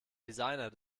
designer